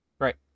right